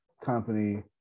company